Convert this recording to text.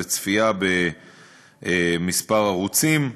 צפייה בכמה ערוצים.